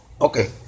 Okay